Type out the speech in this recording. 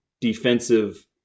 defensive